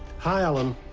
hi, alan.